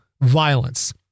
violence